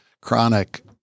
chronic